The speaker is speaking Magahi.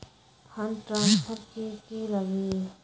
फंड ट्रांसफर कि की लगी?